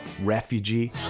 Refugee